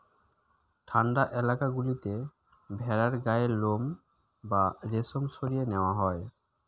ঠান্ডা এলাকা গুলোতে ভেড়ার গায়ের লোম বা রেশম সরিয়ে নেওয়া হয়